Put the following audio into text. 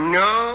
no